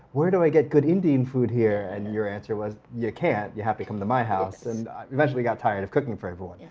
where do i get good indian food here? and your answer was, you can't, you have to come to my house. and you eventually got tired of cooking for everyone. yeah